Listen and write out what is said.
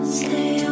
stay